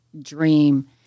dream